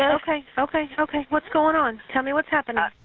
okay. okay. okay. what's going on? tell me what's happening. ah